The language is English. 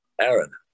Aaron